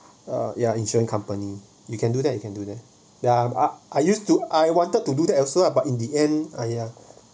uh yeah insurance company you can do that you can do that there are ah I used to I wanted to do that also lah but in the end ah ya